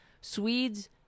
Swedes